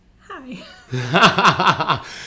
hi